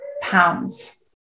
pounds